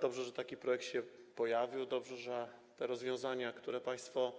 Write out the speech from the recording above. Dobrze, że taki projekt się pojawił, dobrze, że te rozwiązania, które państwo